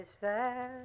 sad